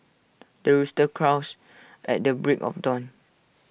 the rooster crows at the break of dawn